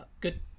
good